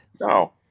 No